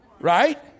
Right